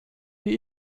die